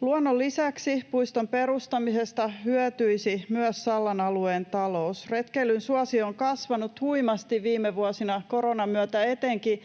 Luonnon lisäksi puiston perustamisesta hyötyisi myös Sallan alueen talous. Retkeilyn suosio on kasvanut huimasti viime vuosina koronan myötä. Etenkin